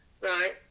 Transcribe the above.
right